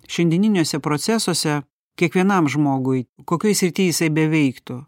šiandieniniuose procesuose kiekvienam žmogui kokioj srity jisai beveiktų